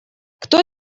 кто